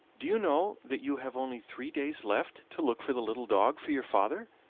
do you know that you have only three days left to look for the little dog for your father,